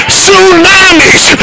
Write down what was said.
tsunamis